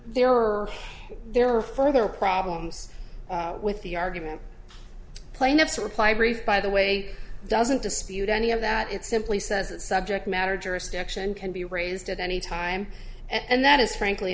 there are there are further problems with the argument plaintiff's reply brief by the way doesn't dispute any of that it simply says that subject matter jurisdiction can be raised at any time and that is frankly